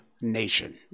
nation